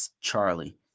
Charlie